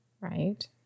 right